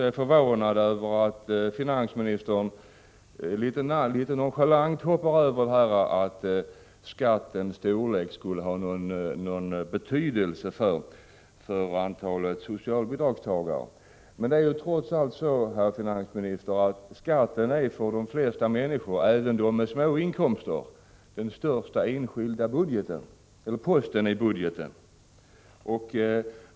Jag är förvånad över att finansministern litet nonchalant hoppar över detta att skattens storlek skulle ha någon betydelse för antalet socialbidragstagare. Det är trots allt så, herr finansminister, att skatten för de flesta människor — även för dem med små inkomster — är den största enskilda posten i budgeten.